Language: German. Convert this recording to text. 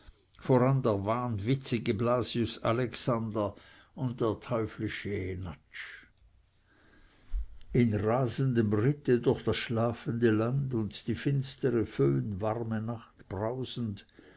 voran der wahnwitzige blasius alexander und der teuflische jenatsch in rasendem ritte durch das schlafende land und die finstere föhnwarme nacht brausend